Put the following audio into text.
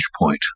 point